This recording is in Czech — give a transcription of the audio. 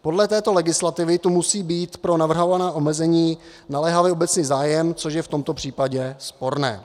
Podle této legislativy tu musí být pro navrhované omezení naléhavý obecný zájem, což je v tomto případě sporné.